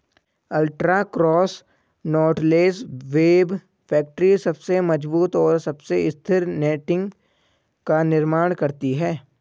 ultra cross knotless web factory सबसे मजबूत और सबसे स्थिर नेटिंग का निर्माण करती है